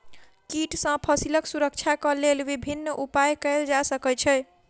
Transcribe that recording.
कीट सॅ फसीलक सुरक्षाक लेल विभिन्न उपाय कयल जा सकै छै